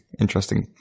interesting